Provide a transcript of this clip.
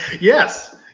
yes